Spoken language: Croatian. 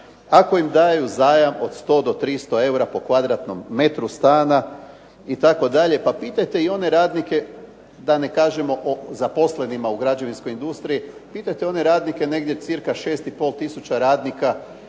ako im daju zajam od 100 do 300 eura po kvadratnom metru stana itd. Pa pitajte i one radnike da ne kažemo o zaposlenima u građevinskoj industriji, pitajte one radnike negdje cirka 6,5 tisuća radnika